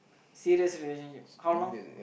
serious relationship how long